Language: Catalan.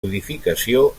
codificació